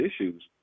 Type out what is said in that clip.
issues